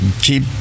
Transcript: keep